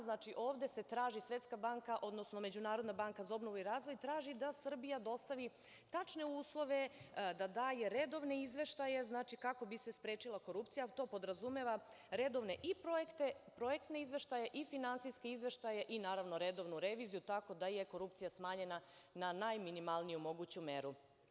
Znači, ovde Svetska banka, odnosno Međunarodna banka za obnovu i razvoj traži da Srbija dostavi tačne uslove, da daje redovno izveštaje, znači kako bi se sprečila korupcija, to podrazumeva redovne i projekte, projektne izveštaje i finansijske izveštaje, i naravno redovnu reviziju, tako da je korupcija smanjena na najminimalniju moguću meru.